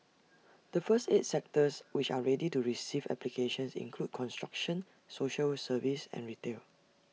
the first eight sectors which are ready to receive applications include construction social services and retail